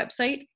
website